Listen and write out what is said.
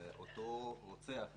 אותו רוצח מלינץ'